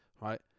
right